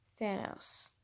thanos